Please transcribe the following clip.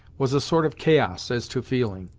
was a sort of chaos as to feeling,